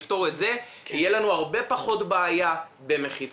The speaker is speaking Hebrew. ברגע שנפתור את זה יהיו לנו הרבה פחות בעיה במחיצות,